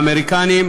האמריקנים,